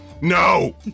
No